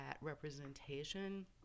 representation